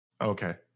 Okay